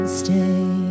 stay